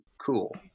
cool